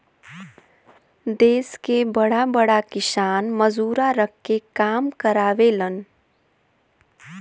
देस के बड़ा बड़ा किसान मजूरा रख के काम करावेलन